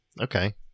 Okay